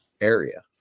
area